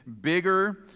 bigger